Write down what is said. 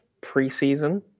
pre-season